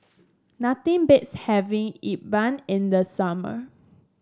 nothing beats having E Bua in the summer